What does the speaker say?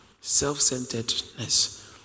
Self-centeredness